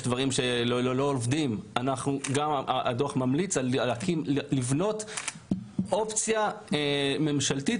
דברים שלא עובדים הדוח ממליץ לבנות אופציה ממשלתית